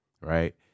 right